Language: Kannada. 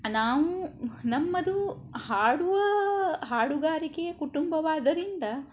ನಾವು ನಮ್ಮದು ಹಾಡುವ ಹಾಡುಗಾರಿಕೆಯ ಕುಟುಂಬವಾದ್ದರಿಂದ